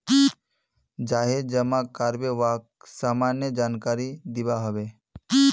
जाहें जमा कारबे वाक सामान्य जानकारी दिबा हबे